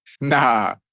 nah